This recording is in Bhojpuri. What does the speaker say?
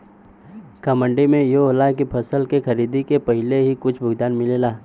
का मंडी में इहो होला की फसल के खरीदे के पहिले ही कुछ भुगतान मिले?